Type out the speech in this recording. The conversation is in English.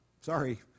sorry